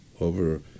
over